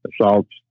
assaults